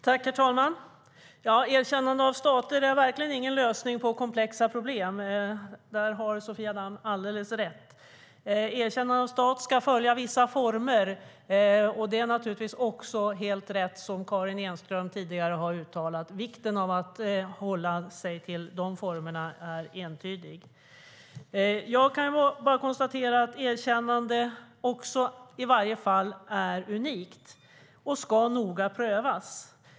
Herr talman! Erkännandet av stater är verkligen ingen lösning på komplexa problem. Där har Sofia Damm alldeles rätt. Erkännandet av stater ska följa vissa former. Karin Enström har helt rätt i sitt uttalande. Vikten av att hålla sig till dessa former är entydig. Ett erkännande är unikt och ska prövas noga.